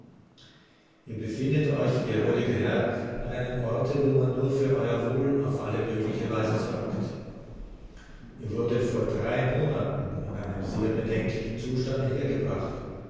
ihr befindet euch ehrwürdiger herr an einem orte wo man nur für euer wohl auf alle mögliche weise sorgt ihr wurdet vor drei monaten in einem sehr bedenklichen zustande hergebracht